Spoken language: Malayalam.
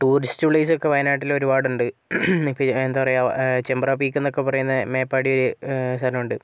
ടൂറിസ്റ്റ് പ്ലേയ്സോക്കെ വയനാട്ടിൽ ഒരുപാടുണ്ട് ഇപ്പോൾ എന്താപറയാ ഏ ചെമ്പ്ര പീക് എന്ന ഒക്കെ പറയുന്ന മേപ്പാടി സ്ഥലമുണ്ട്